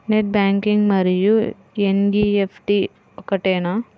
Net banking మరియు NEFT ఒకటేనా?